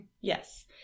Yes